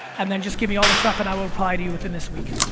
um then just give me all the stuff and i will reply to you within this week.